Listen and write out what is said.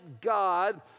God